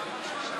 איציק